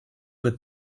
with